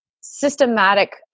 systematic